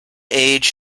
age